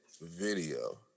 video